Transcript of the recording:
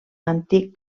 antic